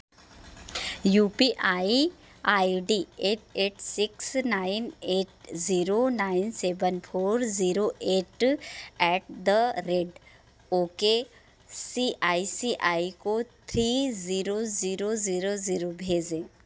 you P I I D eight eight six nine eight zero nine seven four zero eight at the rate okay C I C I को three zero zero zero zero भेजें